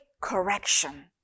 correction